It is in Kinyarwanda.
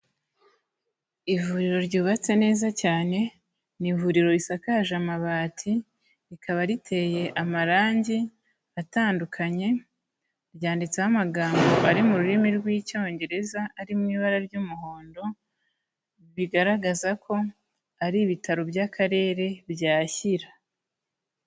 Ivuriro ryubatse neza cyane ni ivuriro risakaje amabati, rikaba riteye amarange atandukanye, ryanditseho amagambo ari mu rurimi rw'Icyongereza ari mu ibara ry'umuhondo, bigaragaza ko ari ibitaro by'Akarere bya Shyira.